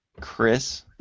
Chris